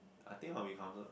I think I will be comfor~